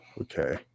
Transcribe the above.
Okay